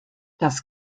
das